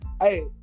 Hey